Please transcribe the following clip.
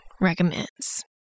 recommends